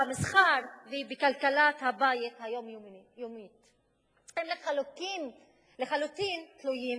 במסחר ובכלכלת הבית היומיומית הם לחלוטין תלויים בירושלים,